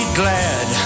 glad